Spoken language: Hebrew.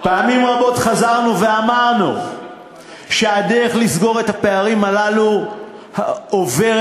פעמים רבות חזרנו ואמרנו שהדרך לסגור את הפערים הללו עוברת